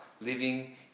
Living